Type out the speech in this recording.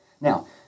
Now